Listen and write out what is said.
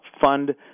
fund